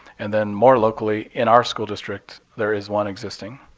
and then more locally in our school district there is one existing,